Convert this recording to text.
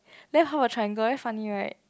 then how a triangle very funny right